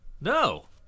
No